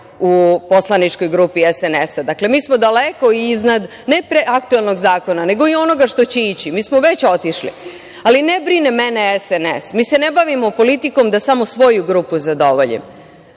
u poslaničkoj grupi SNS, dakle, mi smo daleko iznad, ne pre aktuelnog zakona, nego i onoga što će ići, mi smo već otišli, ali ne brine mene SNS, mi se ne bavimo politikom da samo svoju grupu zadovoljimo,